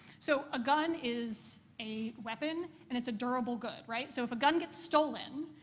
so, a gun is a weapon, and it's a durable good, right? so if a gun gets stolen,